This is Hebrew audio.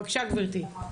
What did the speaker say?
בבקשה גברתי.